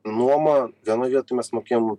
nuoma vienoj vietoj mes mokėjom